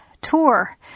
tour